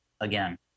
again